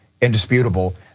Indisputable